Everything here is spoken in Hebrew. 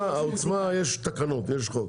העוצמה יש תקנות, יש חוק.